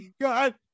God